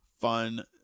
fun